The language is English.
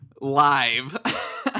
live